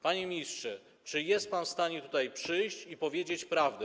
Panie ministrze, czy jest pan w stanie tutaj przyjść i powiedzieć prawdę?